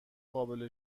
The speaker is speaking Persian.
قابل